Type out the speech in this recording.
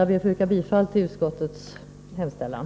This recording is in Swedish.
Jag ber att få yrka bifall till utskottets hemställan.